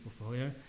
portfolio